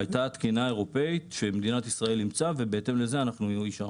הייתה תקינה אירופאית שמדינת ישראל אימצה ובהתאם לזה אישרנו.